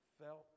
felt